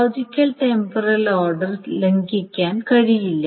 logical temporal order ലംഘിക്കാൻ കഴിയില്ല